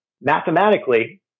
mathematically